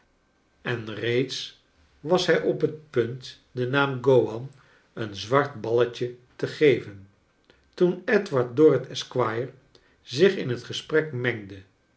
en reeds was hij op het punt den naam gowan een zwart balletje te geven toen edward dorrit esquire zich in het gesprek mengde